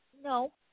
no